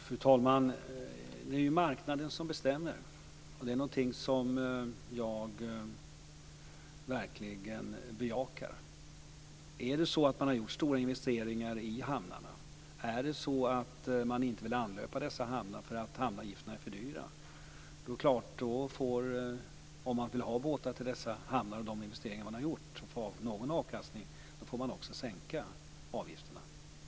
Fru talman! Det är marknaden som bestämmer. Det är någonting som jag verkligen bejakar. Är det så att det har gjorts stora investeringar i hamnarna och att fartyg inte vill anlöpa dessa hamnar för att hamnavgifterna är för höga? Om man vill ha båtar till dessa hamnar och få någon avkastning på de investeringar man har gjort är det klart att man då också får sänka avgifterna.